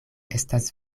estas